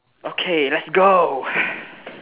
okay lets go